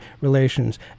relations